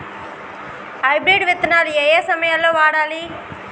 Hybrid విత్తనాలు ఏయే సమయాల్లో వాడాలి?